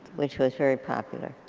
which was very popular.